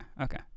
okay